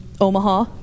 Omaha